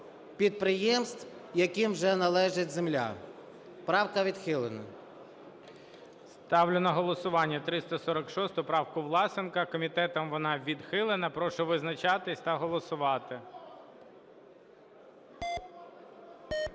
підприємств, яким вже належить земля. Правка відхилена. ГОЛОВУЮЧИЙ. Ставлю на голосування 346 правку Власенка. Комітетом вона відхилена. Прошу визначатись та голосувати.